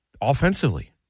offensively